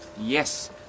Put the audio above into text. Yes